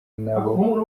nabo